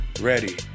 ready